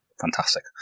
fantastic